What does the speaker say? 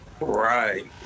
Right